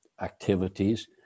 activities